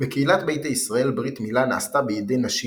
בקהילת ביתא ישראל ברית מילה נעשתה בידי נשים